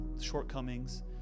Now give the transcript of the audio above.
shortcomings